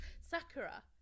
Sakura